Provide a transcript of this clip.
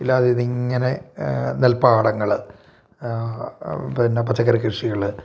ഇല്ലാതെ ഇതിങ്ങനെ നെൽപ്പാടങ്ങൾ പിന്നെ പച്ചക്കറി കൃഷികൾ